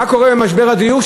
מה קורה עם משבר הדיור?